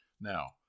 Now